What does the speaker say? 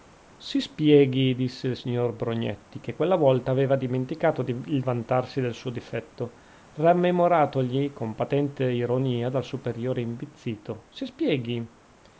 si spieghi disse il signor borgnetti che quella volta aveva dimenticato di vantarsi del suo difetto rammemoratogli con patente ironia dal superiore imbizzito si spieghi